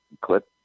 clip